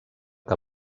que